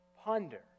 ponder